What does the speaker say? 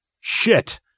Shit